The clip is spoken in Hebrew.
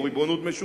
או ריבונות משותפת,